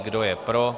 Kdo je pro?